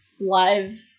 live